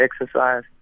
Exercise